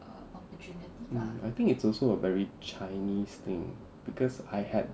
mm I think it's also a very chinese thing because I had